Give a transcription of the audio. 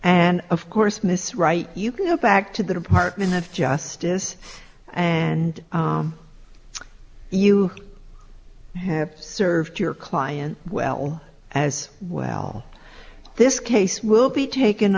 and of course miss right you can go back to the department of justice and you have served your client well as well this case will be taken